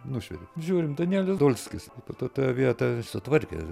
nušvietė žiūrim danielius dolskis o po to tą vietą sutvarkė